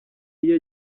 iyo